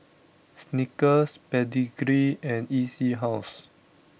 Snickers Pedigree and E C House